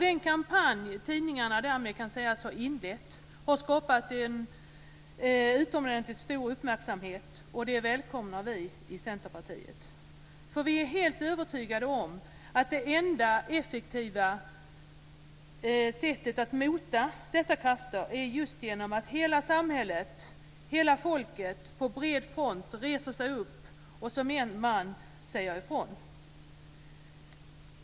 Den kampanj som tidningarna därmed kan sägas ha inlett har skapat en utomordentligt stor uppmärksamhet. Det välkomnar vi i Centerpartiet. Vi är nämligen helt övertygade om att det enda effektiva sättet att mota dessa krafter är just att hela samhället, hela folket, på bred front reser sig upp och som en man säger ifrån.